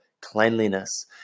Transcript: cleanliness